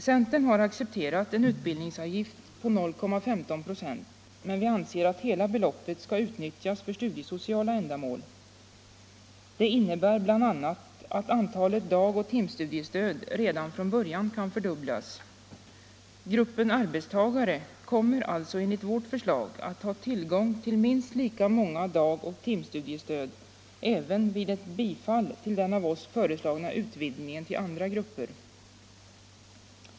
Centern har accepterat en utbildningsavgift på 0,15 96, men vi anser att hela beloppet skall utnyttjas för studiesociala ändamål. Det innebär bl.a. att antalet dagoch timstudiestöd redan från början kan fördubblas. Gruppen arbetstagare kommer alltså enligt vårt förslag att ha tillgång till minst lika många dagoch timstudiestöd även vid ett bifall till den av oss föreslagna utvidgningen till andra grupper.